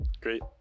Great